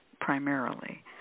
primarily